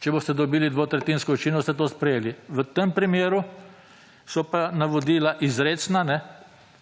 če boste dobili dvotretjinsko večino ste to sprejeli. V tem primeru so pa navodila izrecna,